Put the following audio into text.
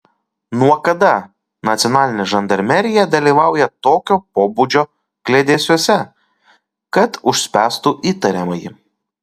nuo kada nacionalinė žandarmerija dalyvauja tokio pobūdžio kliedesiuose kad užspęstų įtariamąjį